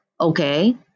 Okay